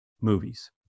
movies